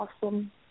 awesome